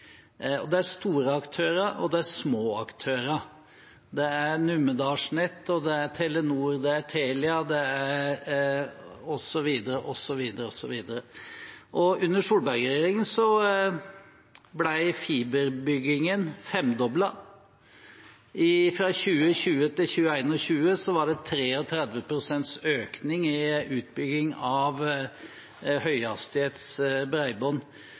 Det er store aktører, og det er små aktører. Det er Numedalsnett, det er Telenor, det er Telia, osv. Under Solberg-regjeringen ble fiberbyggingen femdoblet. Fra 2020 til 2021 var det 33 pst. økning i utbygging av